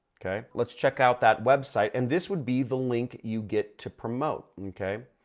okay? let's check out that website. and this would be the link you get to promote, okay?